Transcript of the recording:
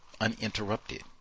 Uninterrupted